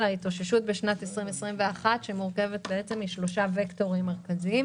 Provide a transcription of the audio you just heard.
ההתאוששות בשנת 2021 שמורכבת משלושה וקטורים מרכזיים: